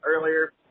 earlier